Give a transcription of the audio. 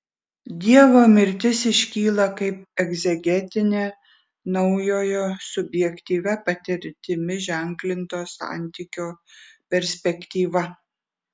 dievo mirtis iškyla kaip egzegetinė naujojo subjektyvia patirtimi ženklinto santykio perspektyva